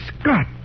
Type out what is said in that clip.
Scott